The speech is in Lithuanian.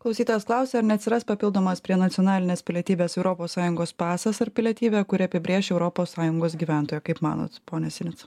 klausytojas klausia ar neatsiras papildomas prie nacionalinės pilietybės europos sąjungos pasas ar pilietybė kuri apibrėš europos sąjungos gyventoją kaip manot pone sinica